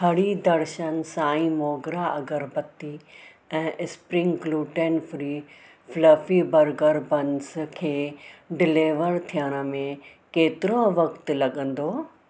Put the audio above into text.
हरी दर्शन साई मोगरा अगरबत्ती ऐं spring gluten free fluffy burger buns खे डिलीवर थियण में केतिरो वक़्ति लॻंदो